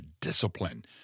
discipline